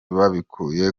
babikuye